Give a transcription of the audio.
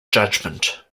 judgment